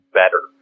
better